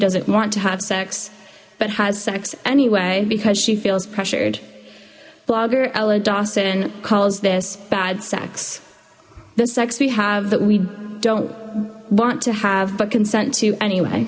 doesn't want to have sex but has sex anyway because she feels pressured blogger ella dawson calls this bad sex the sex we have that we don't want to have but consent to anyway